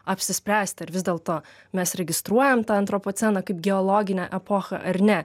apsispręsti ar vis dėlto mes registruojam tą antropoceną kaip geologinę epochą ar ne